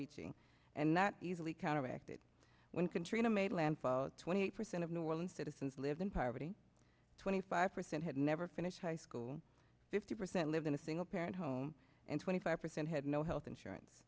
reaching and not easily counteracted when contrary to made landfall twenty eight percent of new orleans citizens live in poverty twenty five percent had never finished high school fifty percent live in a single parent home and twenty five percent had no health insurance